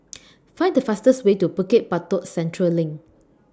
Find The fastest Way to Bukit Batok Central LINK